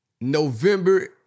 November